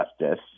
justice